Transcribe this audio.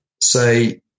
say